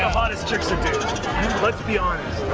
hottest chicks are dudes lesbihonest